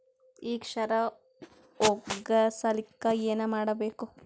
ಈ ಕ್ಷಾರ ಹೋಗಸಲಿಕ್ಕ ಏನ ಮಾಡಬೇಕು?